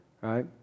Right